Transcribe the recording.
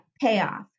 payoff